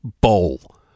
bowl